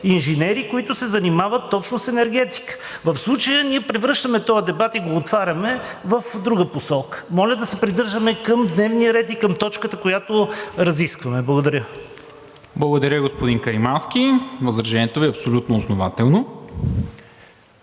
инженери, които се занимават точно с енергетика. В случая ние превръщаме този дебат и го отваряме в друга посока. Моля да се придържаме към дневния ред и към точката, която разискваме. Благодаря. ПРЕДСЕДАТЕЛ НИКОЛА МИНЧЕВ: Благодаря, господин Каримански. Възражението Ви е абсолютно основателно